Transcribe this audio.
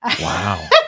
Wow